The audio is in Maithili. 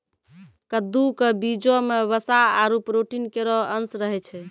कद्दू क बीजो म वसा आरु प्रोटीन केरो अंश रहै छै